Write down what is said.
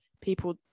people